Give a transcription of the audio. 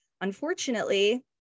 unfortunately